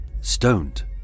stoned